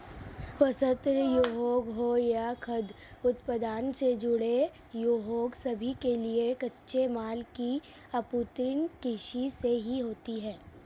वस्त्र उद्योग हो या खाद्य उत्पादन से जुड़े उद्योग सभी के लिए कच्चे माल की आपूर्ति कृषि से ही होती है